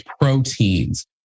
proteins